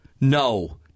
No